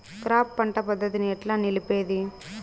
Crop పంట పద్ధతిని ఎట్లా నిలిపేది?